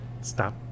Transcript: stop